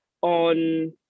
on